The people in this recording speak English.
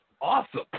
awesome